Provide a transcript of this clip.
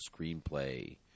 screenplay